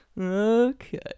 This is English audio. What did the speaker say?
Okay